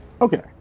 okay